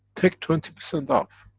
take twenty percent off,